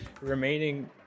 Remaining